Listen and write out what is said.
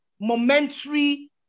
momentary